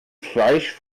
fleisch